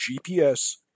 GPS